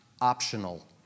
optional